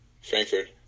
frankfurt